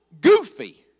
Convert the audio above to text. goofy